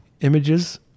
images